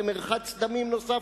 למרחץ דמים נוסף,